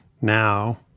now